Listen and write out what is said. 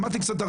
למדתי קצת,